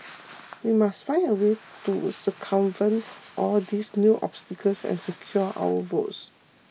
we must find a way to circumvent all these new obstacles and secure our votes